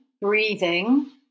breathing